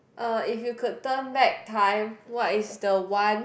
uh if you could turn back time what is the one